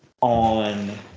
On